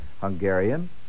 Hungarian